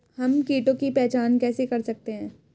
हम कीटों की पहचान कैसे कर सकते हैं?